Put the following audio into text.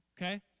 okay